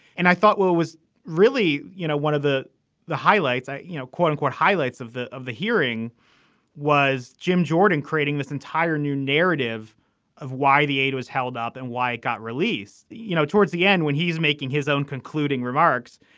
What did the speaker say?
and i thought what was really you know one of the the highlights. you know quote unquote highlights of the of the hearing was jim jordan creating this entire new narrative of why the aid was held up and why it got released. you know towards the end when he's making his own concluding remarks.